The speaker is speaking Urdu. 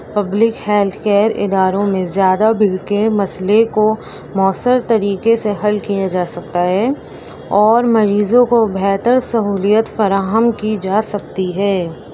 پبلک ہیلتھ کیئر اداروں میں زیادہ بھیڑ کے مسئلے کو مؤثر طریکے سے حل کیا جا سکتا ہے اور مریضوں کو بہتر سہولیت فراہم کی جا سکتی ہے